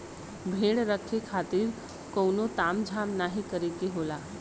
भेड़ रखे खातिर कउनो ताम झाम नाहीं करे के होला